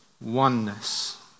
Oneness